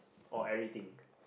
or everything